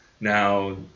Now